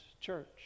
church